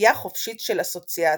לטווייה חופשית של אסוציאציות"